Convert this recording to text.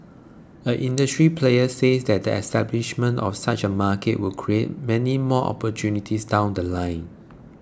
an industry player said that the establishment of such a market would create many more opportunities down The Line